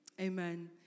Amen